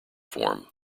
form